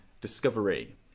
discovery